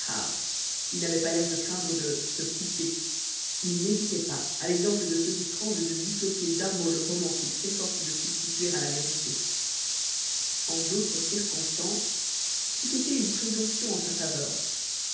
il n'avait pas l'air de craindre de se couper il n'hésitait pas à l'exemple de ceux qui tremblent de disloquer d'un mot le roman qu'ils s'efforcent de substituer à la vérité en d'autres circonstances c'eût été une présomption en sa faveur